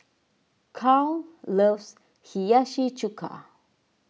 Charle loves Hiyashi Chuka